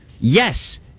Yes